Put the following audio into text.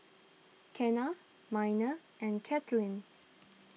Kenna Miner and Kaitlyn